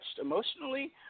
emotionally